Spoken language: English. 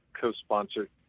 co-sponsored